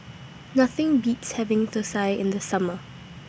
Nothing Beats having Thosai in The Summer